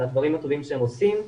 על הדברים הטובים שהם עושים.